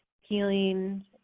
healing